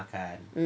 um